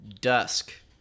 Dusk